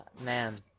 man